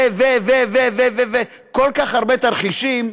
וכל כך הרבה תרחישים,